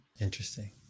Interesting